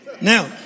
Now